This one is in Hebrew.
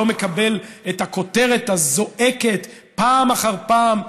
לא מקבל את הכותרת הזועקת פעם אחר פעם,